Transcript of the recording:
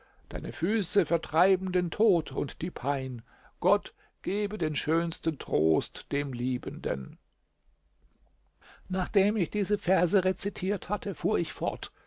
deine füße vertreiben den tod und die pein gott gebe den schönsten trost dem liebenden nachdem ich diese verse rezitiert hatte fuhr ich fort